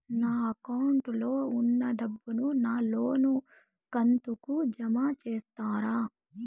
నా అకౌంట్ లో ఉన్న డబ్బును నా లోను కంతు కు జామ చేస్తారా?